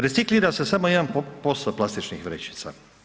Reciklira se samo 1% plastičnih vrećica.